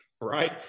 right